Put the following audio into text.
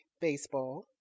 Baseball